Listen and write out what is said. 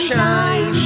Shine